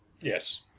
Yes